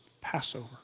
Passover